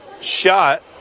shot